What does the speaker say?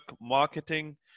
marketing